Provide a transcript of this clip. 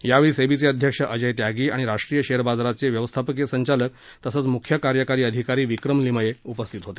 यावेळी सेबीचे अध्यक्ष अजय त्यागी आणि राष्ट्रीय शेअर बाजाराचे व्यवस्थापकीय संचालक तसंच म्ख्य कार्यकारी अधिकारी विक्रम लिमये उपस्थित होते